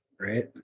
right